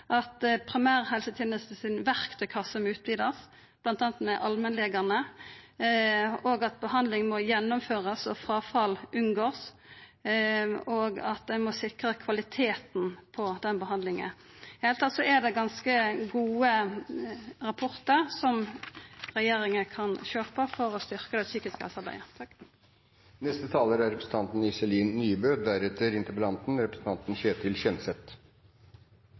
at primærhelsestenesta si verktøykasse må utvidast, bl.a. for allmennlegar, at ein må gjennomføra behandling og unngå fråfall, og at ein må sikra kvaliteten på behandlinga. I det heile er det ganske gode rapportar som regjeringa kan sjå på for å styrkja det psykiske helsearbeidet.